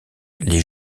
les